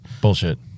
Bullshit